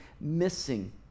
missing